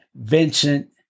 Vincent